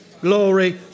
Glory